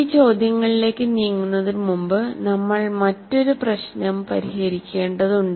ഈ ചോദ്യങ്ങളിലേക്ക് നീങ്ങുന്നതിന് മുമ്പ് നമ്മൾ മറ്റൊരു പ്രശ്നം പരിഹരിക്കേണ്ടതുണ്ട്